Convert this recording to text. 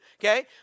okay